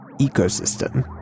ecosystem